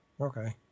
okay